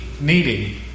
needing